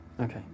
Okay